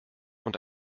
und